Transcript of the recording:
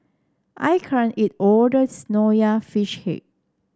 I can't eat all of this Nonya Fish Head